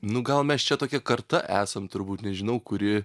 nu gal mes čia tokia karta esam turbūt nežinau kuri